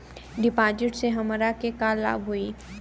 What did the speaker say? डिपाजिटसे हमरा के का लाभ होई?